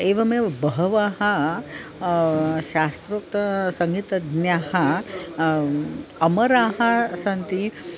एवमेव बहवः शास्त्रोक्तसङ्गीतज्ञाः अमराः सन्ति